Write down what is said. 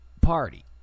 Party